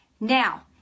Now